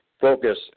focus